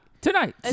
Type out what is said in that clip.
Tonight